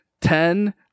ten